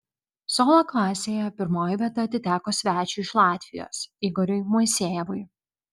solo klasėje pirmoji vieta atiteko svečiui iš latvijos igoriui moisejevui